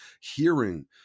hearing